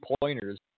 pointers